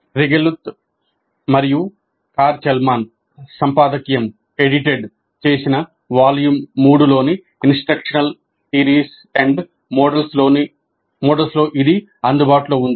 రీగెలుత్ మరియు Carr Chellman చేసిన volume III లోని ఇన్స్ట్రక్షనల్ థియరీస్ అండ్ మోడల్స్ లో ఇది అందుబాటులో ఉంది